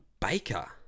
baker